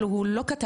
זה לא קהל